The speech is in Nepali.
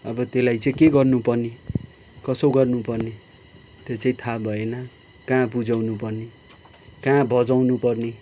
अब त्यसलाई चाहिँ के गर्नु पर्ने कसो गर्नु पर्ने त्यो चाहिँ थाहा भएन कहाँ बुझाउँनु पर्ने कहाँ बजाउनु पर्ने